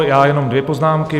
Já jen dvě poznámky.